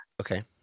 Okay